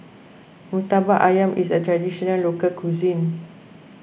Murtabak Ayam is a Traditional Local Cuisine